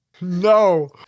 No